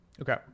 Okay